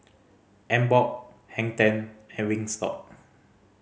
Emborg Hang Ten and Wingstop